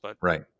Right